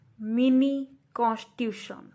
Mini-Constitution